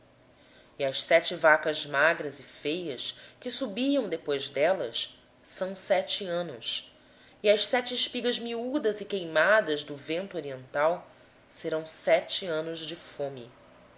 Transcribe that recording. e as sete vacas magras e feias à vista que subiam depois delas são sete anos como as sete espigas miúdas e queimadas do vento oriental serão sete anos de fome